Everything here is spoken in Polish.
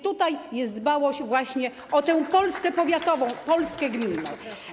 Tutaj jest więc dbałość właśnie o tę Polskę powiatową, Polskę gminną.